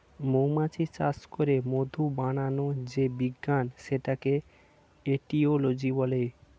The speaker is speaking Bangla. মৌমাছি চাষ করে মধু বানানোর যে বিজ্ঞান সেটাকে এটিওলজি বলে